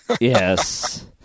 Yes